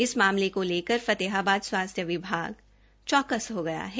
इस मामले को लेकर फतेहाबाद स्वास्थ्य विभाग चौकस हो गया है